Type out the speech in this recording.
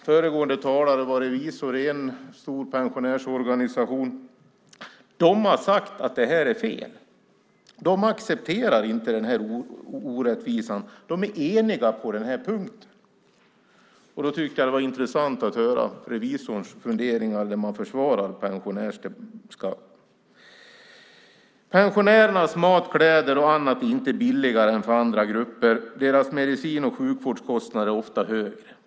Föregående talare är revisor i en stor pensionärsorganisation. De har sagt att det här är fel. De accepterar inte den här orättvisan. De är eniga på den här punkten. Jag tyckte att det var intressant att höra revisorns funderingar som innebar ett försvar av pensionärsskatten. Pensionärernas mat, kläder och annat är inte billigare än för andra grupper. Deras medicin och sjukvårdskostnad är ofta högre.